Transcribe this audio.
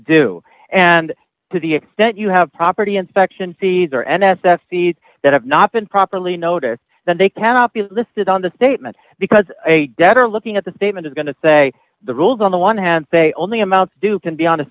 due and to the extent you have property inspection fees or n s f that have not been properly noticed that they cannot be listed on the statement because a debtor looking at the statement is going to say the rules on the one hand say only amount due can be on a